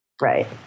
Right